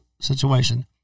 situation